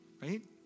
right